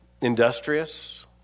industrious